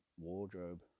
wardrobe